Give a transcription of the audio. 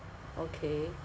okay